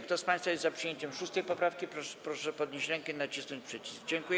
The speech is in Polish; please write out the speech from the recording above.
Kto z państwa jest za przyjęciem 6. poprawki, proszę podnieść rękę i nacisnąć przycisk.